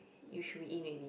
you should be A already